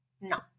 No